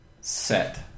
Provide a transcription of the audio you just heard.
set